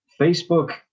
Facebook